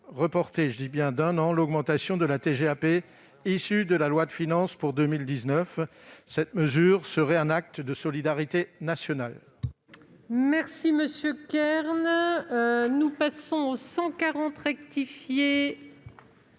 reporter d'un an l'augmentation de la TGAP issue de la loi de finances pour 2019. Cette mesure serait un acte de solidarité nationale.